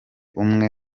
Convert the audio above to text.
umwe